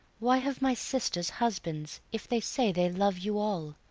why have my sisters husbands if they say they love you all?